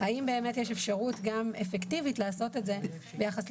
האם באמת יש אפשרות גם אפקטיבית לעשות את זה ביחס.